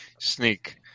sneak